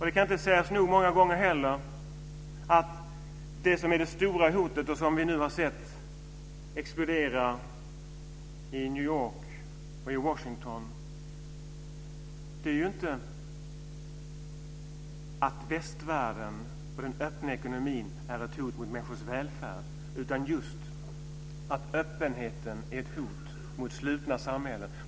Det kan inte heller sägas nog många gånger att det som vi nu har sett explodera i New York och i Washington inte beror på att västvärlden och den öppna ekonomin är ett hot mot människors välfärd, utan det är i stället så att öppenheten är ett hot mot slutna samhällen.